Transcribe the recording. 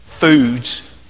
Foods